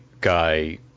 guy